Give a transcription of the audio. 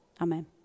Amen